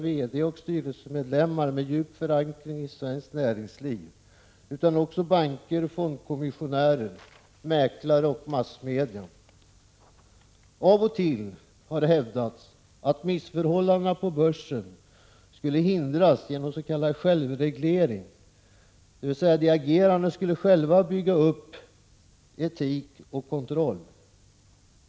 VD och styrelsemedlemmar med djup förankring i svenskt näringsliv utan också banker, fondkommissionärer, mäklare och massmedia. Av och till har hävdats att missförhållanden på börsen skulle hindras genom s.k. självreglering, dvs. de agerande skulle själva bygga upp etik och kontroll.